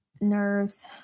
Nerves